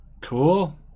Cool